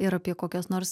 ir apie kokias nors